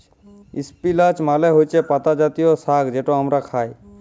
ইস্পিলাচ মালে হছে পাতা জাতীয় সাগ্ যেট আমরা খাই